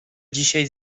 dzisiaj